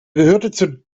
gehörte